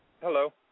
Hello